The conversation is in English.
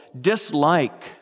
dislike